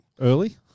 Early